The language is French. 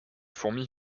fourmis